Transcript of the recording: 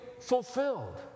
fulfilled